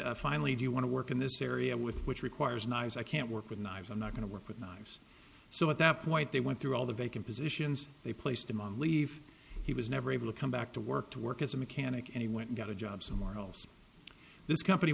finally do you want to work in this area with which requires knives i can't work with knives i'm not going to work with knives so at that point they went through all the vacant positions they placed him on leave he was never able to come back to work to work as a mechanic and he went and got a job somewhere else this company